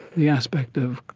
the aspect of,